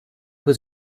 was